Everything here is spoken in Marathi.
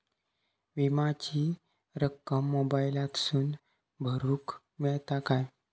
विमाची रक्कम मोबाईलातसून भरुक मेळता काय?